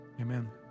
amen